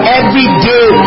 everyday